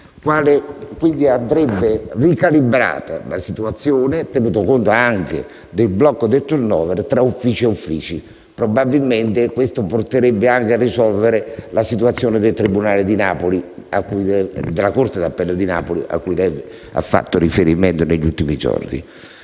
quindi ricalibrata la situazione, tenuto conto anche del blocco del *turnover* tra uffici e uffici. Probabilmente questo porterebbe anche a risolvere la situazione della corte di appello di Napoli, cui lei ha fatto riferimento negli ultimi giorni.